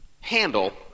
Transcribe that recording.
handle